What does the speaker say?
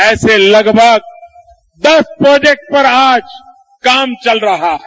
ऐसे लगभग दस प्रोजेक्ट पर आज काम चल रहा है